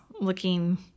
looking